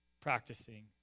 practicing